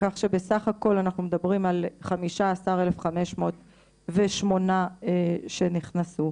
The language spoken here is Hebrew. כך שבסך הכל אנחנו מדברים על 15,508 אנשים שנכנסו.